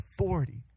authority